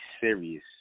serious